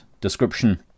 description